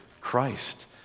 Christ